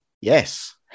Yes